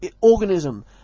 organism